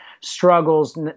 struggles